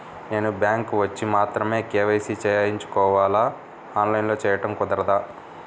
నేను బ్యాంక్ వచ్చి మాత్రమే కే.వై.సి చేయించుకోవాలా? ఆన్లైన్లో చేయటం కుదరదా?